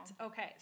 Okay